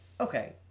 okay